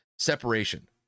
separation